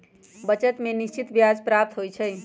बचत में निश्चित ब्याज प्राप्त होइ छइ